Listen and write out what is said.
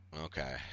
Okay